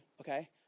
okay